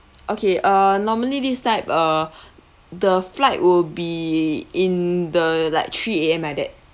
okay uh normally this type uh the flight would be in the like three A_M like that